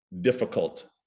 difficult